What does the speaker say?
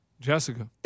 Jessica